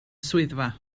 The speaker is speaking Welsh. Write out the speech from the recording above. swyddfa